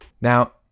Now